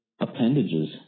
appendages